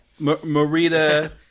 Marita